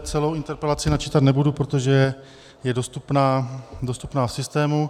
Celou interpelaci načítat nebudu, protože je dostupná v systému.